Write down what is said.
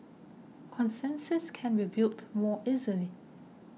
consensus can be built more easily